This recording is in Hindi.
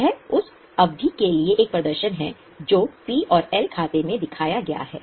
यह उस अवधि के लिए एक प्रदर्शन है जो पी और एल खाते में दिखाया गया है